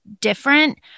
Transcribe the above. different